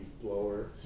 blower